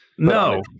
No